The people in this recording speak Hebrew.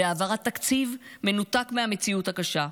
בהעברת תקציב מנותק מהמציאות הקשה,